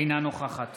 אינה נוכחת